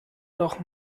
noch